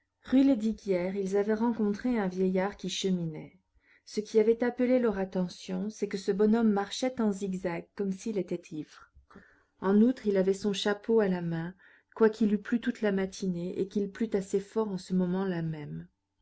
rue lesdiguières ils avaient rencontré un vieillard qui cheminait ce qui avait appelé leur attention c'est que ce bonhomme marchait en zigzag comme s'il était ivre en outre il avait son chapeau à la main quoiqu'il eût plu toute la matinée et qu'il plût assez fort en ce moment-là même